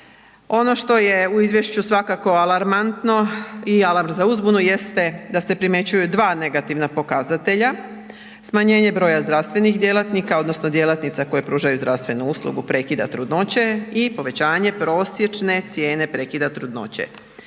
Ono što je u Izvješću svakako alarmantno i alarm za uzbunu jeste da se primjećuju dva negativna pokazatelja. Smanjenje broja zdravstvenih djelatnika odnosno djelatnica koje pružaju zdravstvenu uslugu prekida trudnoće i povećanje prosječne cijene prekida trudnoće.